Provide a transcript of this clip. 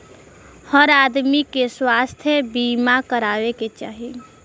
हर आदमी के स्वास्थ्य बीमा कराये के चाही